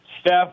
Steph